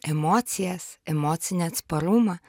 emocijas emocinį atsparumą